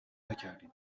نکردید